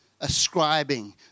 Ascribing